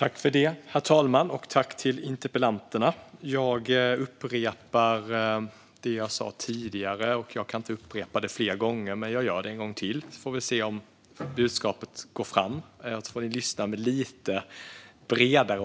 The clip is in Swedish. Herr talman! Jag upprepar det jag sa tidigare en gång till så får vi se om budskapet går fram. Ni får lyssna med lite